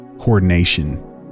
coordination